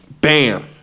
Bam